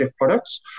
products